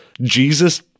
Jesus